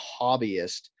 hobbyist